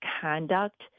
conduct